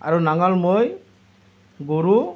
আৰু নাঙল মৈ গৰু